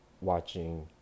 watching